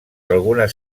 algunes